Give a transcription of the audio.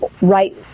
right